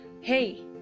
hey